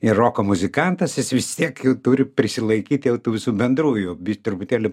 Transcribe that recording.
ir roko muzikantas jis vis tiek turi prisilaikyt jau tų visų bendrųjų truputėlį